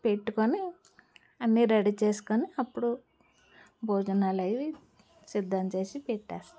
పెట్టుకొని అన్ని రెడీ చేసుకొని అప్పుడు భోజనాలు అవి సిద్ధం చేసి పెట్టేస్తా